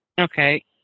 Okay